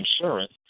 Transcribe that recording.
insurance